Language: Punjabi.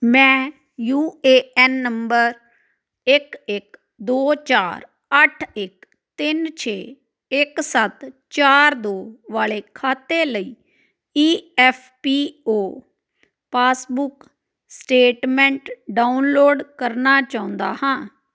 ਮੈਂ ਯੂ ਏ ਐੱਨ ਨੰਬਰ ਇੱਕ ਇੱਕ ਦੋ ਚਾਰ ਅੱਠ ਇੱਕ ਤਿੰਨ ਛੇ ਇੱਕ ਸੱਤ ਚਾਰ ਦੋ ਵਾਲੇ ਖਾਤੇ ਲਈ E F P F O passbook statement download ਕਰਨਾ ਚਾਹੁੰਦਾ ਹਾਂ